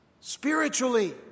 spiritually